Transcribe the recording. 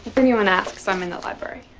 if anyone asks, i'm in the library,